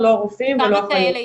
לא הרופאים ולא האחיות.